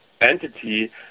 entity